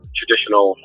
traditional